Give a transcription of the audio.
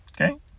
Okay